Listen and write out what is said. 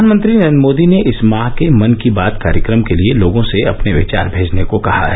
प्रधानमंत्री नरेन्द्र मोदी ने इस माह के मन की बात कार्यक्रम के लिए लोगों से अपने विचार भेजने को कहा है